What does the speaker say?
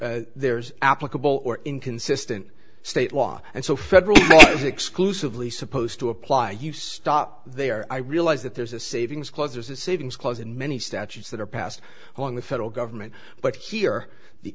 whether there's applicable or inconsistent state law and so federal is exclusively supposed to apply you stop there i realize that there's a savings closers a savings clause in many statutes that are passed along the federal government but here the